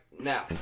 now